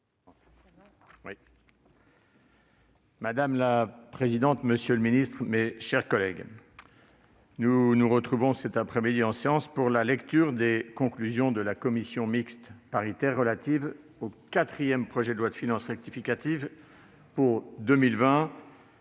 Madame la présidente, monsieur le ministre, mes chers collègues, nous nous retrouvons cet après-midi en séance pour la lecture des conclusions de la commission mixte paritaire (CMP) sur le quatrième projet de loi de finances rectificative pour 2020